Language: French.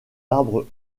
arbres